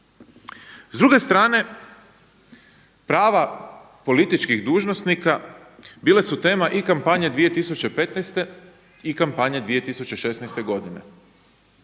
S druge strane, prava političkih dužnosnika bila su tema i kampanje 2015. i kampanje 2016. godine.